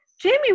Jamie